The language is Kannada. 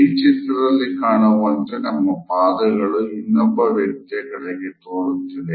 ಬಿ ಚಿತ್ರದಲ್ಲಿ ಕಾಣುವಂತೆ ನಮ್ಮ ಪಾದಗಳು ಇನ್ನೊಬ್ಬ ವ್ಯಕ್ತಿಯ ಕಡೆಗೆ ತೋರುತ್ತಿದೆ